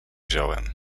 wziąłem